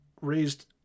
raised